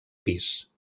pis